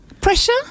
pressure